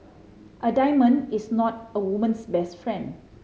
a diamond is not a woman's best friend